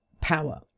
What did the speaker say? power